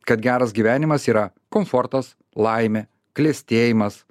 kad geras gyvenimas yra komfortas laimė klestėjimas